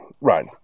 right